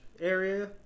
area